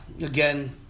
Again